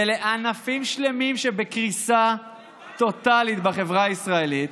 ולענפים שלמים שבקריסה טוטלית בחברה הישראלית.